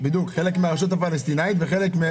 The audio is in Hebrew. בכל מקרה,